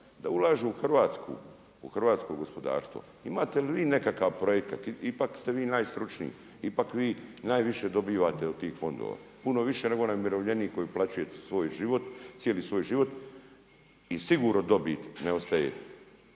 Hrvatsku u hrvatsko gospodarstvo? Imate li vi nekakav projekat, ipak ste vi najstručniji, ipak vi dobivate od tih fondova, puno više nego onaj umirovljenik koji uplaćuje cijeli svoj život i sigurno dobit ne ostaje